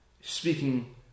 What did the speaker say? speaking